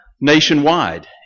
nationwide